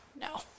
no